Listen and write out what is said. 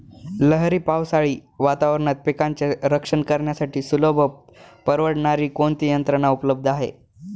लहरी पावसाळी वातावरणात पिकांचे रक्षण करण्यासाठी सुलभ व परवडणारी कोणती यंत्रणा उपलब्ध आहे?